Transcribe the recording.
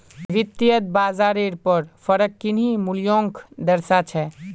वित्तयेत बाजारेर पर फरक किन्ही मूल्योंक दर्शा छे